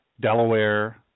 Delaware